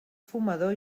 fumador